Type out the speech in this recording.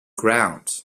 ground